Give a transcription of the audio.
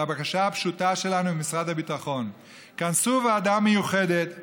לבקשה הפשוטה שלנו ממשרד הביטחון: כנסו ועדה מיוחדת,